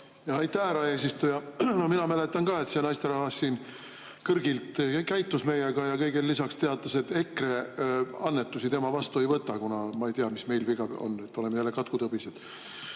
Aitäh, härra eesistuja! No mina mäletan ka, et see naisterahvas siin kõrgilt käitus meiega ja kõigele lisaks teatas, et EKRE annetusi tema vastu ei võta, kuna ... Ma ei tea, mis meil siis viga on. Oleme jälle katkutõbised